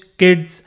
kids